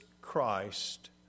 Christ